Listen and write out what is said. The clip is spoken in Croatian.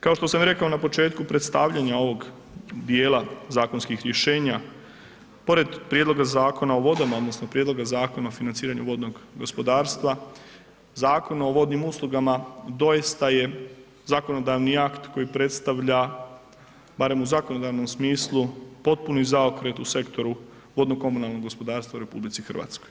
Kao što sam rekao i na početku predstavljanja ovog djela zakonskih rješenja pored prijedloga Zakona o vodama odnosno prijedloga Zakona o financiranju vodnog gospodarstva, Zakon o vodnim uslugama doista je zakonodavni akt koji predstavlja barem u zakonodavnom smislu potpuni zaokret u sektoru vodno-komunalnog gospodarstva u RH.